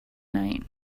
night